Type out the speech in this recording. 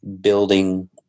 building